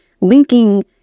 linking